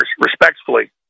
respectfully